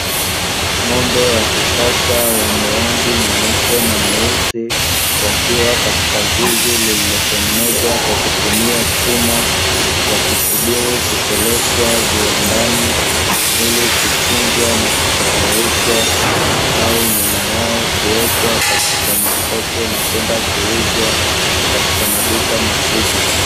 Ng'ombe wa kisasa wenye rangi nyeupe na nyeusi, wakiwa katika zizi lililotengenezwa kwa kutumia chuma, wakisubiri kupelekwa viwandani ili kuchinjwa na kutayarishwa au nyama yao kuwekwa katika makopo na kwenda kuuzwa katika maduka makubwa.